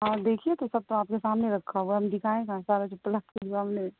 آپ دیکھیے تو سب تو آپ کے سامنے رکھا ہوا ہے ہم دکھائیں کہاں سارا چپل آپ کے سامنے